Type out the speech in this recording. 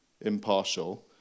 impartial